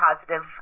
positive